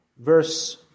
Verse